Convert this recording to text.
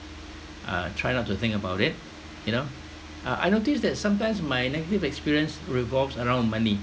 uh try not to think about it you know I I noticed that sometimes my negative experience revolves around money